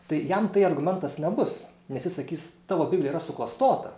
tai jam tai argumentas nebus nes jis sakys tavo biblija yra suklastota